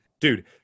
dude